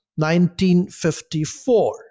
1954